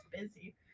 busy